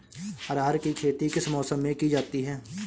अरहर की खेती किस मौसम में की जाती है?